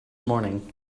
morning